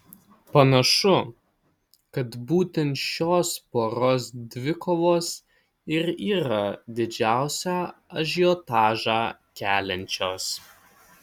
panašu kad būtent šios poros dvikovos ir yra didžiausią ažiotažą keliančios